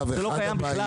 שם זה לא קיים בכלל.